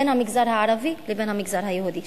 בין המגזר הערבי לבין המגזר היהודי,